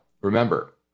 remember